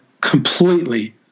completely